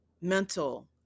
mental